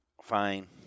Fine